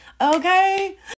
Okay